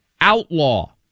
outlaw